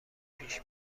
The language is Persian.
پیش